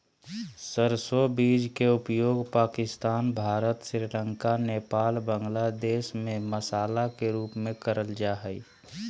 सरसो बीज के उपयोग पाकिस्तान, भारत, श्रीलंका, नेपाल, बांग्लादेश में मसाला के रूप में करल जा हई